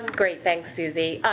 great thanks, susie.